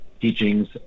teachings